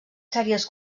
sèries